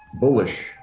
bullish